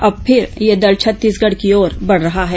अब फिर यह दल छत्तीसगढ़ की ओर बढ़ रहा है